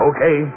Okay